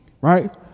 right